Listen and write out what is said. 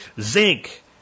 zinc